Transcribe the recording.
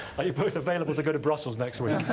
are you both available to go to brussels next week?